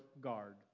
guard